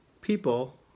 people